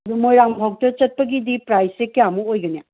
ꯑꯗ ꯃꯣꯏꯔꯥꯡꯚꯧꯗ ꯆꯠꯄꯒꯤꯗꯤ ꯄ꯭ꯔꯥꯏꯁꯁꯦ ꯀꯌꯥꯃꯨꯛ ꯑꯣꯏꯒꯅꯤ